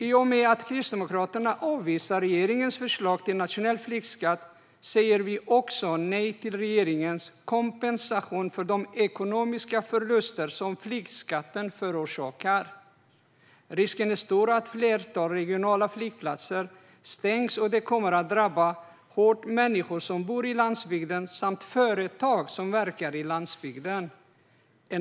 I och med att Kristdemokraterna avvisar regeringens förslag till nationell flygskatt säger vi också nej till regeringens kompensation för de ekonomiska förluster som flygskatten orsakar. Risken är stor att ett flertal regionala flygplatser stängs. Och det kommer att drabba människor som bor på landsbygden samt företag som verkar på landsbygden.